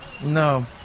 No